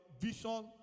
vision